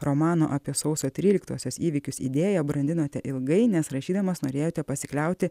romano apie sausio tryliktosios įvykius idėją brandinote ilgai nes rašydamas norėjote pasikliauti